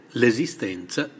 l'esistenza